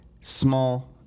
small